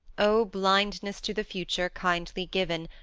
oh, blindness to the future, kindly given,